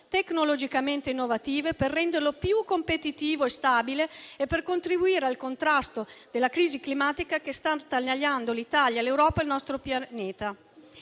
tecnologicamente innovative per renderlo più competitivo e stabile, e per contribuire al contrasto della crisi climatica che sta attanagliando l'Italia, l'Europa e il nostro pianeta.